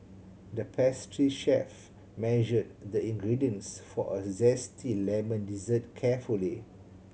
the pastry chef measured the ingredients for a zesty lemon dessert carefully